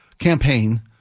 campaign